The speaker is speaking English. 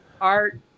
art